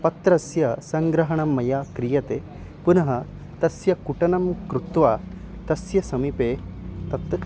पत्रस्य सङ्ग्रहणं मया क्रियते पुनः तस्य कुटनं कृत्वा तस्य समीपे तत्